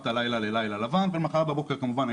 את הלילה ללילה לבן ולמחרת בבוקר כמובן,